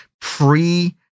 pre